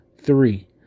three